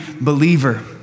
believer